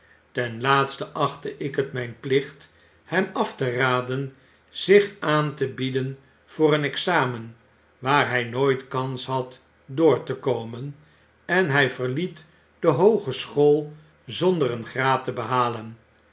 ten laatste achtte ik het myn plicht hem af teradenzich aan te bieden voor een examen waar hiqnooit kans had door te komen en hy verliet de hoogeschool zonder een graad te bebalen